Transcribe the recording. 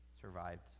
survived